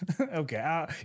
Okay